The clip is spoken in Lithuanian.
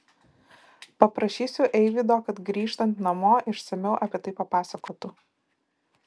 paprašysiu eivydo kad grįžtant namo išsamiau apie tai papasakotų